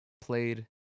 played